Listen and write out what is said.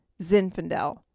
Zinfandel